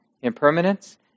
impermanence